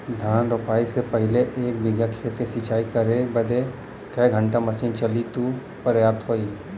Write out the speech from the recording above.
धान रोपाई से पहिले एक बिघा खेत के सिंचाई करे बदे क घंटा मशीन चली तू पर्याप्त होई?